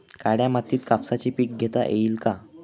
काळ्या मातीत कापसाचे पीक घेता येईल का?